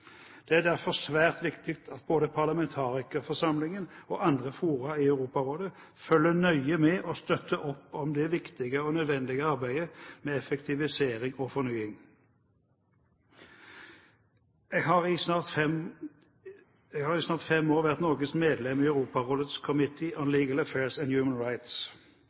Det er derfor svært viktig at både parlamentarikerforsamlingen og andre fora i Europarådet følger nøye med og støtter opp om det viktige og nødvendige arbeidet med effektivisering og fornying. Jeg har i snart fem år vært Norges medlem i Europarådets Committee on Legal Affairs and Human Rights.